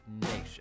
nation